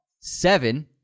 Seven